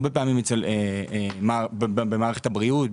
הרבה פעמים במערכת הבריאות,